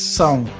song